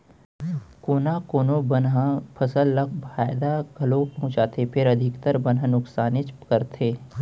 कोना कोनो बन ह फसल ल फायदा घलौ पहुँचाथे फेर अधिकतर बन ह नुकसानेच करथे